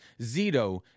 Zito